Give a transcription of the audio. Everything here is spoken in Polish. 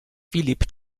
filip